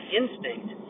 instinct